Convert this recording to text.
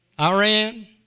Iran